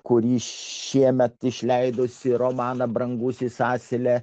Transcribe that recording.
kurį šiemet išleidusi romaną brangusis asile